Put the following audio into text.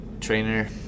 trainer